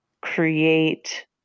create